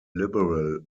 liberal